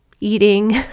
eating